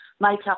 Makeup